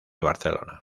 barcelona